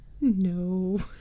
No